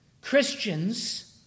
Christians